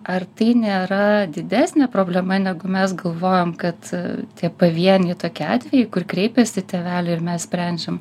ar tai nėra didesnė problema negu mes galvojam kad tie pavieniai tokie atvejai kur kreipiasi tėveliai ir mes sprendžiam